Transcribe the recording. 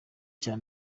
cya